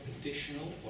additional